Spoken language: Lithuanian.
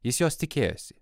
jis jos tikėjosi